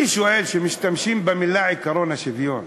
אני שואל: כשמשתמשים במילים "עקרון השוויון",